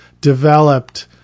developed